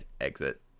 exit